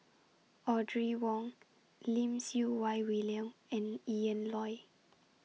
Audrey Wong Lim Siew Wai William and Ian Loy